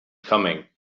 coming